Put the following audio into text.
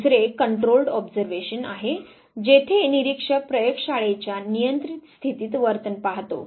दुसरे controlled observation आहे जेथे निरीक्षक प्रयोग शाळेच्या नियंत्रित स्थितीत वर्तन पाहतो